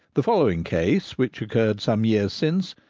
the following case, which occurred some years since,